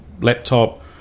laptop